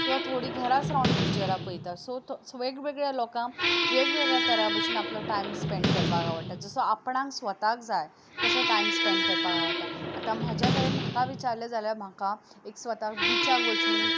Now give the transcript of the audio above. किंवां थोडीं घराच रावून पिक्चरां पळयता सो वेग वेगळ्या लोकांक वेग वेगळ्या तरां भशेन आपलो टायम स्पेन्ड करपाक आवडटा जसो आपणाक स्वता जाय तसो टायम स्पेन्ड करपाक आवडटा आतां म्हज्या तरेन म्हाका विचारलें जाल्यार म्हाका एक स्वताक बीचार वचून